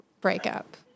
breakup